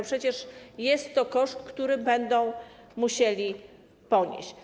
Przecież jest to koszt, który będą musiały ponieść.